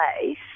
place